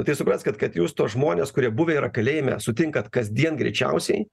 tai supraskit kad jūs tuos žmones kurie buvę yra kalėjime sutinkat kasdien greičiausiai